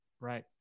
Right